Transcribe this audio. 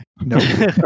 No